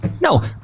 no